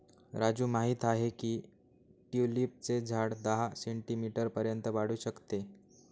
राजू माहित आहे की ट्यूलिपचे झाड दहा सेंटीमीटर पर्यंत वाढू शकते